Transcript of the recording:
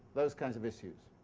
those kinds of issues.